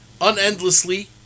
unendlessly